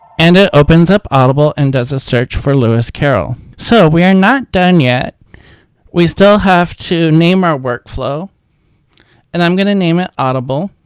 and it opens up audible and does a search for lewis carroll. so we are not done yet we still have to name our workflow and i'm going to name it audible